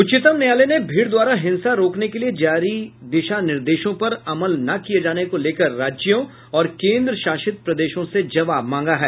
उच्चतम न्यायालय ने भीड़ द्वारा हिंसा रोकने के लिए जारी दिशा निर्देशों पर अमल न किये जाने को लेकर राज्यों और केंद्र शासित प्रदेशों से जवाब मांगा है